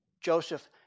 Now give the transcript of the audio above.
Joseph